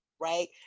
right